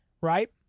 right